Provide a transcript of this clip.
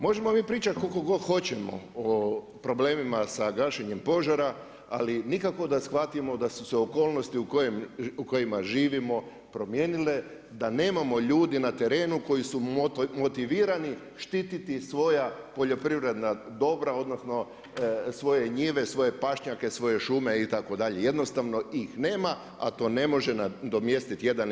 Možemo mi pričati koliko god hoćemo o problemima sa gašenjem požara, ali nikako da shvatimo da su se okolnosti u kojima živimo promijenile, da nemamo ljude na terenu koji motivirani štititi svoja poljoprivredna dobra odnosno svoje njive, svoje pašnjake, svoje šume itd., jednostavno ih nema a to ne može nadomjestiti 1 ili 5 kanadera.